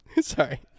Sorry